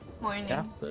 Morning